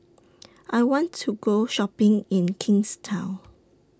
I want to Go Shopping in Kingstown